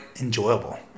enjoyable